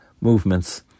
movements